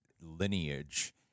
lineage